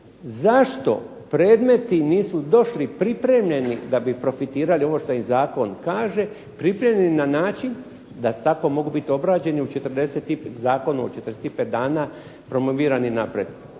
zašto predmeti nisu došli pripremljeni da bi profitirali ovo što im zakon kaže, pripremljeni na način da tako mogu biti obrađeni u zakonu od 45 dana promovirani naprijed.